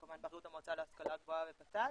כמובן באחריות המועצה להשכלה גבוהה וות"ת,